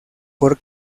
por